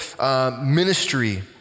ministry